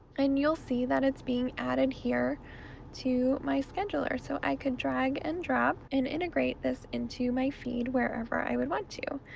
and you'll see that it's being added here to my scheduler, so i could drag and drop and integrate this into my feed wherever i would want to.